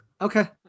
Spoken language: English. Okay